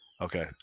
Okay